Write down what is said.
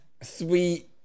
sweet